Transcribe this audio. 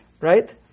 right